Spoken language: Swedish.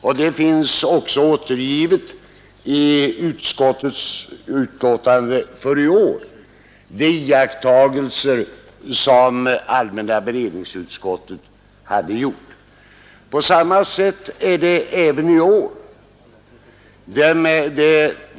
I konstitutionsutskottets förevarande betänkande finns också återgivna de iakttagelser som allmänna beredningsutskottet hade gjort.